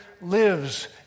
lives